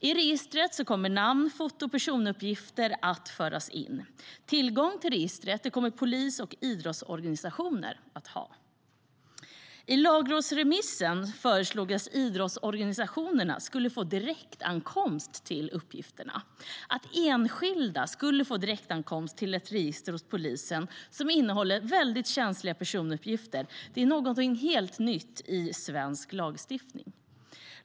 I det registret kommer namn, foto och personuppgifter att föras in. Tillgång till registret kommer polisen och idrottsorganisationerna att ha. I lagrådsremissen föreslogs att idrottsorganisationer skulle få direktåtkomst till uppgifterna. Att enskilda får direktåtkomst till ett register hos polisen som innehåller känsliga personuppgifter är något helt nytt i svensk lagstiftning.